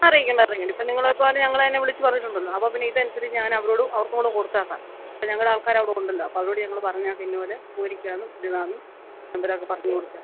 അറിയിക്കണ്ടറിയിക്കണ്ട ഇപ്പം നിങ്ങളേപ്പോലെ ഞങ്ങളന്നെ വിളിച്ച് പറഞ്ഞിട്ടുണ്ടല്ലോ അപ്പം പിന്നെ അതനുസരിച്ച് ഞാൻ അവരോടും അവർക്കും കൂടെ കൊടുത്തേക്കാം അപ്പം ഞങ്ങടാൾക്കാരും അവിടുണ്ടല്ലോ അപ്പം അവരോട് ഞങ്ങൾ പറഞ്ഞേക്കാം ഇന്നപോലെ പോയിരിക്കാന്നും ഇന്നതാന്നും നമ്പരക്കെ പറഞ്ഞ് കൊടുത്ത്